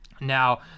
now